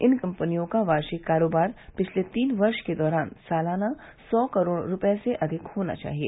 इन कंपनियों का वार्षिक कारोबार पिछले तीन वर्ष के दौरान सालाना सौ करोड़ रुपये से अधिक होना चाहिए